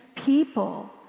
People